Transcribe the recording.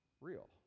real